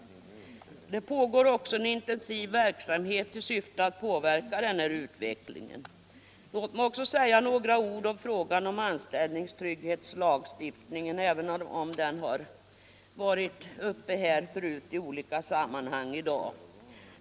Det pågår också en intensiv verksamhet i syfte att påverka denna utveckling. Låt mig också säga några ord om frågan om anställningstrygghetslagstiftningen, även om den har varit uppe här förut i olika sammanhang i dag.